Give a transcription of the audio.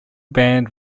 band